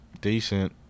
Decent